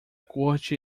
corte